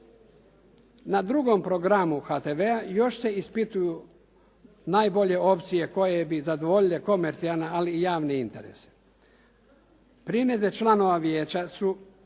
Na 2. programu HTV-a još se ispituju najbolje opcije koje bi zadovoljile komercijalna ali i javni interes. Primjedbe članova vijeća su,